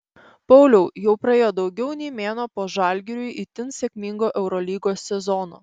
pauliau jau praėjo daugiau nei mėnuo po žalgiriui itin sėkmingo eurolygos sezono